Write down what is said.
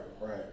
right